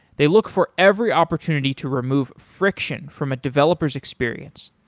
they look for every opportunity to remove friction from a developer s experience.